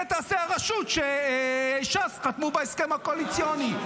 את זה תעשה הרשות שש"ס חתמו בהסכם הקואליציוני.